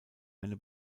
eine